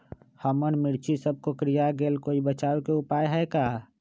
हमर मिर्ची सब कोकररिया गेल कोई बचाव के उपाय है का?